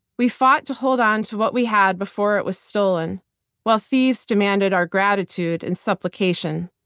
we fought to hold onto what we had before it was stolen while thieves demanded our gratitude and supplication.